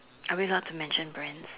are we allowed to mention Brands